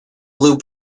loop